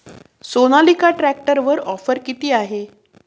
सोनालिका ट्रॅक्टरवर ऑफर किती आहे?